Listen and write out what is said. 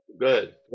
Good